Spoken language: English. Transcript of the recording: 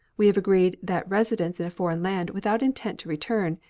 we have agreed that residence in a foreign land without intent to return,